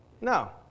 No